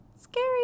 scary